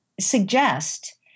suggest